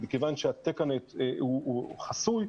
מכיוון שה- -- הוא חסוי,